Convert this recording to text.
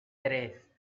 tres